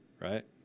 right